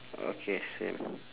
okay same